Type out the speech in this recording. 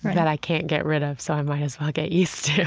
that i can't get rid of, so i might as well get used